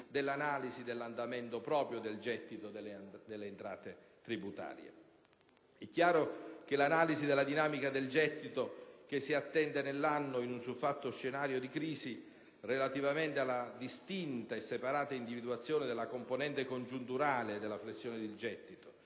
dell'analisi dell'andamento proprio del gettito delle entrate tributarie. È chiaro che l'analisi della dinamica del gettito che si attende nell'anno in uno siffatto scenario di crisi, relativamente alla distinta e separata individuazione della componente congiunturale della flessione del gettito,